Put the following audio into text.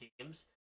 teams